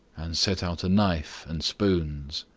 and set out a knife and spoons.